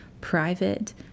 private